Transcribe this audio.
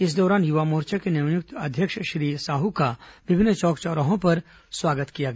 इस दौरान युवा मोर्चा के नवनियुक्त अध्यक्ष श्री साहू का विभिन्न चौक चौराहों पर स्वागत किया गया